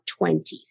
20s